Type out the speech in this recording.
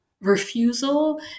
refusal